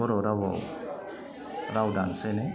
बर' रावाव राव दानस्लायनाय